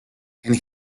and